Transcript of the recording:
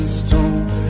stone